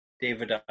David